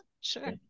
Sure